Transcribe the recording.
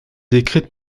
décrite